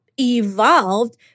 evolved